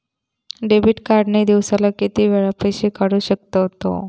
Debit card ने दिवसाला किती वेळा पैसे काढू शकतव?